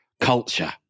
Culture